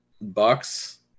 bucks